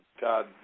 God